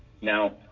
Now